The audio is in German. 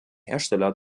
hersteller